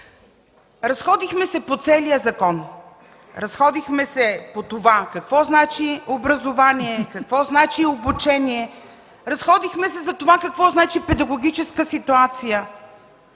Разходихме се по целия закон, разходихме се по това какво значи образование и какво значи обучение, разходихме се за това какво значи педагогическа ситуация.